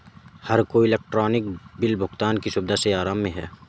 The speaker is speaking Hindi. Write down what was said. हर कोई इलेक्ट्रॉनिक बिल भुगतान की सुविधा से आराम में है